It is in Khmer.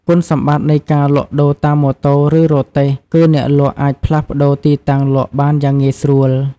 គុណសម្បត្តិនៃការលក់ដូរតាមម៉ូតូ ឬរទេះ គឺអ្នកលក់អាចផ្លាស់ប្តូរទីតាំងលក់បានយ៉ាងងាយស្រួល។